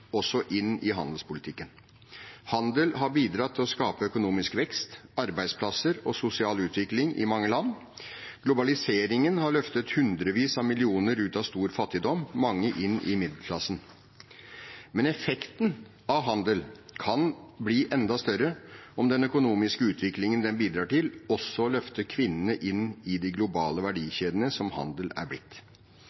inn også i handelspolitikken. Handel har bidratt til å skape økonomisk vekst, arbeidsplasser og sosial utvikling i mange land. Globaliseringen har løftet hundrevis av millioner ut av stor fattigdom, mange inn i middelklassen. Men effekten av handel kan bli enda større, om den økonomiske utviklingen den bidrar til, også løfter kvinnene inn i de globale